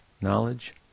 knowledge